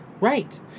Right